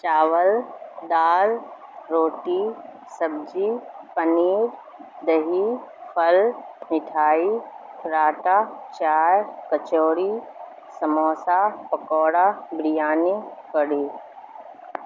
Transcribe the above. چاول دال روٹی سبجی پنیر دہی فل مٹھائی پراٹا چائے کچوڑی سموسا پکوڑا بریانی کڑی